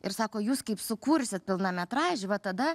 ir sako jūs kaip sukursit pilnametražį va tada